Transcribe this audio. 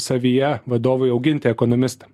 savyje vadovui auginti ekonomistą